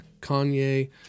Kanye